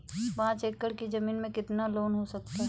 पाँच एकड़ की ज़मीन में कितना लोन हो सकता है?